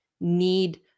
need